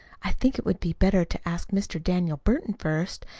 i think it would be better to ask mr. daniel burton first,